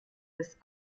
des